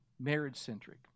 Marriage-centric